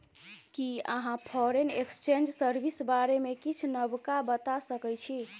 कि अहाँ foreign exchange service बारे मे किछ नबका बता सकै छी